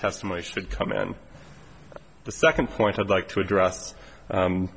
estimony should come and the second point i'd like to address